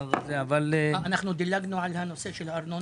אנחנו דילגנו על הנושא של הארנונה?